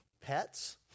pets